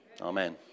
Amen